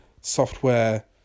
software